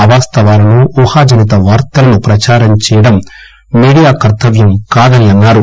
అవాస్తవాలను ఊహాజనిత వార్తలను ప్రచారం చేయడం మీడియా కర్తవ్యం కాదన్నారు